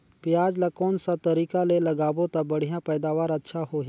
पियाज ला कोन सा तरीका ले लगाबो ता बढ़िया पैदावार अच्छा होही?